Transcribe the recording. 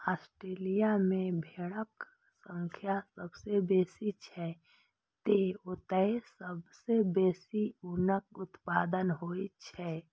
Australia मे भेड़क संख्या सबसं बेसी छै, तें ओतय सबसं बेसी ऊनक उत्पादन होइ छै